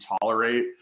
tolerate